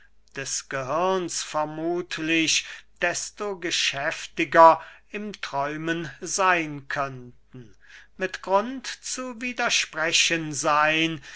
des gehirns vermuthlich desto geschäftiger im träumen seyn könnten mit grund zu widersprechen seyn